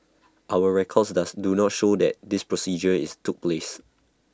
our records dose do not show that this procedure is took place